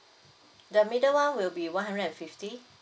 the middle one will be one hundred and fifty